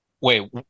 Wait